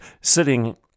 sitting